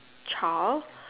child